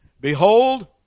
Behold